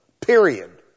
Period